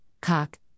cock